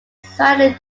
slightly